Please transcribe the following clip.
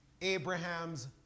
Abraham's